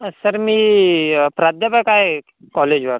sir मी प्राध्यापक आहे कॉलेजवर